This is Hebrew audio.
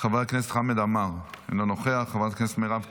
חבר הכנסת חמד עמאר, אינו נוכח, חברת הכנסת מירב,